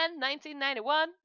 1991